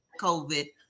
COVID